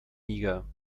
niger